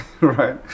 right